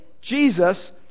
Jesus